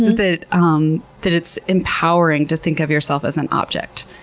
that um that it's empowering to think of yourself as an object